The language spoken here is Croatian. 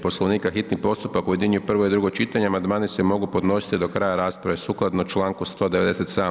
Poslovnika, hitni postupak objedinjuje prvo i drugo čitanje a amandmani se mogu podnositi do kraja rasprave sukladno članku 197.